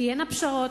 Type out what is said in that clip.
תהיינה פשרות.